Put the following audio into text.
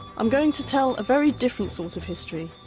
i'm going to tell a very different sort of history,